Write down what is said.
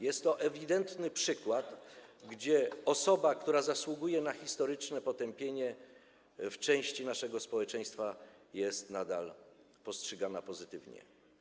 Jest to ewidentny przykład osoby, która zasługuje na historyczne potępienie, a przez część naszego społeczeństwa jest nadal postrzegana pozytywnie.